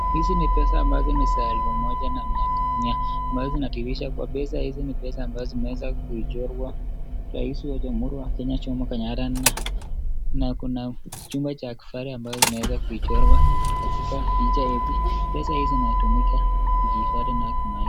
Hizi ni pesa ambazo ni za elfu moja na mia ta, mia, ambazo zinadihirisha pesa hizi ni pesa ambazo zimeweza kuchorwa , rais wa jamuhuri wa Kenya Jomo Kenyatta na, na kuna chumba cha kifahari ambayo imeweza kuichorwa katika picha hili, pesa hizi zinatumika kujihifadhi nayo kimai.